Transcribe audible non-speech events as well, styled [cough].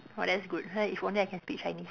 oh that's good [noise] if only I can speak Chinese